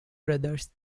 brothers